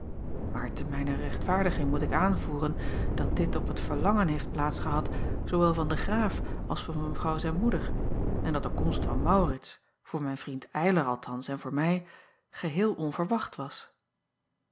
delen rechtvaardiging moet ik aanvoeren dat dit op het verlangen heeft plaats gehad zoowel van den raaf als van evrouw zijn moeder en dat de komst van aurits voor mijn vriend ylar althans en voor mij geheel onverwacht was